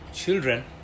children